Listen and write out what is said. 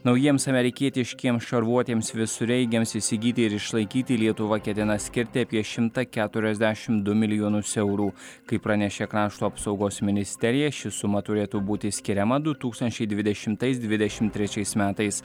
naujiems amerikietiškiems šarvuotiems visureigiams įsigyti ir išlaikyti lietuva ketina skirti apie šimtą keturiasdešimt du milijonus eurų kaip pranešė krašto apsaugos ministerija ši suma turėtų būti skiriama du tūkstančiai dvidešimtais dvidešimt trečiais metais